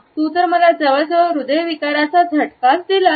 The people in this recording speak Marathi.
तू तर मला जवळजवळ हृदयविकाराचा झटकाच दिलास